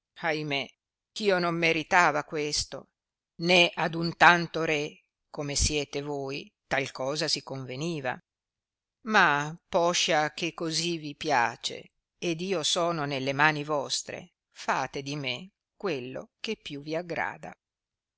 guasto ahimè eh io non meritava questo né ad un tanto re come siete voi tal cosa si conveniva ma poscia che cosi vi piace ed io sono nelle mani vostre fate di me quello che più vi aggrada